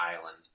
island